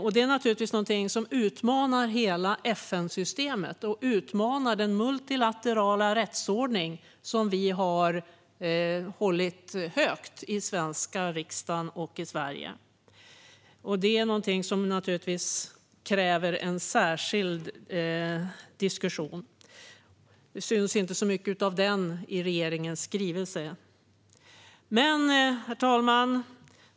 De utmanar naturligtvis hela FN-systemet och den multilaterala rättsordning som vi har hållit högt i den svenska riksdagen och i Sverige. Detta kräver en särskild diskussion, och den syns inte så mycket i regeringens skrivelse. Herr talman!